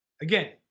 again